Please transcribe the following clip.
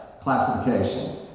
classification